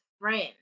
friend